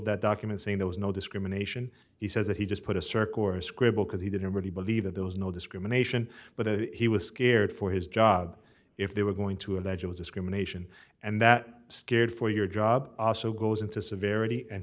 document saying there was no discrimination he says that he just put a circle or scribble because he didn't really believe that there was no discrimination but he was scared for his job if they were going to allege it was discrimination and that scared for your job also goes into severity and